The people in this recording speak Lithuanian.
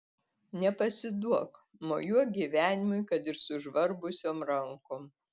nepasiduok mojuok gyvenimui kad ir sužvarbusiom rankom